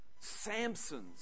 Samson's